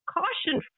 caution